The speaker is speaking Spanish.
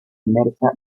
inmersa